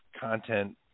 content